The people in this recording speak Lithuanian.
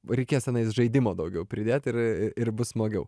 reikės tenais žaidimo daugiau pridėt ir ir bus smagiau